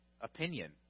opinion